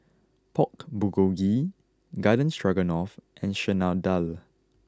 Pork Bulgogi Garden Stroganoff and Chana Dal